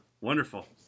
wonderful